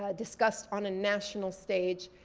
ah discussed on an national stage.